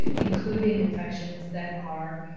including infections that are